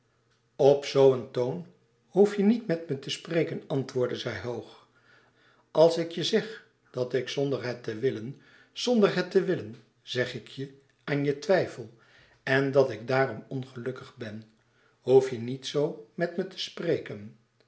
zoo een toon hoef je niet met me te spreken antwoordde zij hoog als ik je zeg dat ik zonder het te willen znder het te willen zeg ik je aan je twijfel en dat ik daarom ongelukkig ben hoef je niet zoo met me te spreken